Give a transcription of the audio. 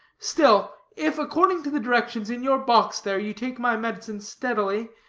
still, if, according to the directions in your box there, you take my medicine steadily,